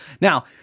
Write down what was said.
Now